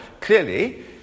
clearly